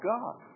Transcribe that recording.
God